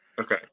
Okay